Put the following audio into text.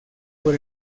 por